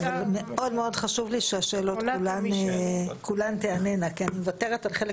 מאוד חשוב לי שכל השאלות ייענו כי אני מוותרת על חלק